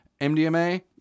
MDMA –